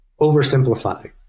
oversimplify